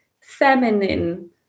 feminine